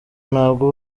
nabwo